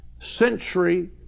century